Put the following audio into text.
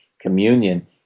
communion